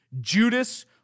Judas